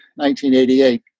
1988